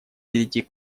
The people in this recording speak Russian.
перейти